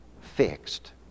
fixed